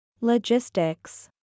Logistics